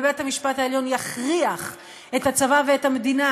ובית-המשפט העליון יכריח את הצבא ואת המדינה,